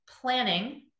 planning